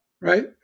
Right